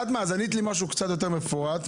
ענית לי משהו קצת יותר מפורט.